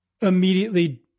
immediately